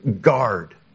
guard